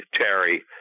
Terry